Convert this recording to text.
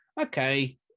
okay